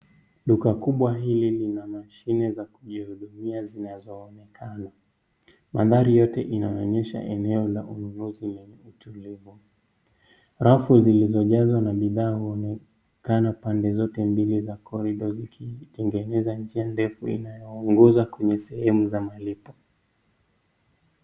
Duka kubwa hili lina mashine za kujihudumia zinazoonekana. Mandhari yote inaonyesha eneo la ununuzi lenye utulivu. Rafu zilizojazwa na bidhaa huonekana pande zote mbili za korido, zikitengeneza njia ndefu inayoongoza kwenye sehemu za malipo.